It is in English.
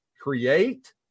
Create